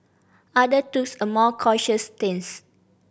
others a more cautious stance